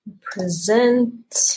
Present